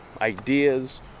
ideas